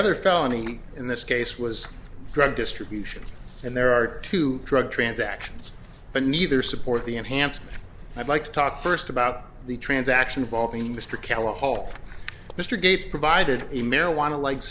other felony in this case was drug distribution and there are two drug transactions the neither support the enhanced i'd like to talk first about the transaction involving mr kellogg hall mr gates provided a marijuana like